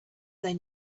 their